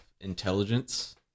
intelligence